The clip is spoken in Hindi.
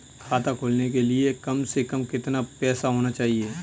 खाता खोलने के लिए कम से कम कितना पैसा होना चाहिए?